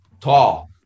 tall